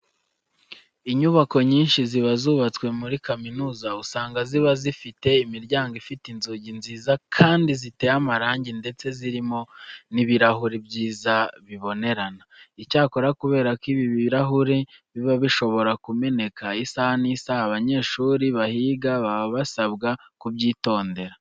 Inyubako nyinshi ziba zubatse muri kaminuza usanga ziba zifite imiryango ifite inzugi nziza kandi ziteye amarangi ndetse zirimo n'ibirahure byiza bibonerana. Icyakora kubera ko ibi birahure biba bishobora kumeneka isaha n'isaha, abanyeshuri bahiga baba basabwa kubyitondera.